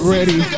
Ready